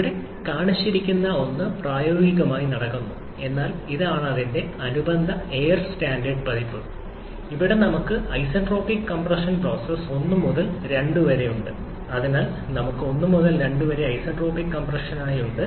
ഇവിടെ കാണിച്ചിരിക്കുന്ന ഒന്ന് പ്രായോഗികമായി നടക്കുന്നു എന്നാൽ ഇതാണ് ഇതിന്റെ അനുബന്ധ എയർ സ്റ്റാൻഡേർഡ് പതിപ്പ് ഇവിടെ നമുക്ക് ഐസെൻട്രോപിക് കംപ്രഷൻ പ്രോസസ്സ് 1 മുതൽ 2 വരെ ഉണ്ട് അതിനാൽ നമുക്ക് 1 മുതൽ 2 വരെ ഐസന്റ്രോപിക് കംപ്രഷനായി ഉണ്ട്